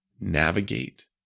navigate